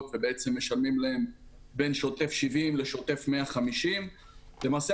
ומשלמים להם בין שוטף 70 לשוטף 150. למעשה,